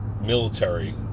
military